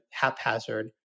haphazard